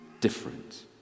different